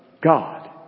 God